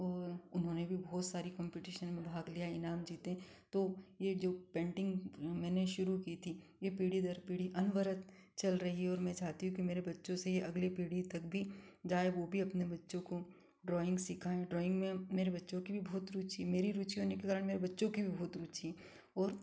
और उन्होंने भी बहुत सारे कॉम्पिटिशन में भाग लिया ईनाम जीते तो ये जो पेंटिग मैंने शुरू की थी ये पीढ़ी दर पीढ़ी अनवरत चल रही है और मैं चाहती हूँ की मेरे बच्चों से ये अगली पीढ़ी तक भी जाए वो भी अपने बच्चों को ड्राइंग सिखाएँ ड्राइंग में मेरे बच्चों की भी बहुत रूचि मेरी रूचि होने के कारण मेरे बच्चों की भी बहुत रूचि और